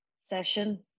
session